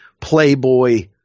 playboy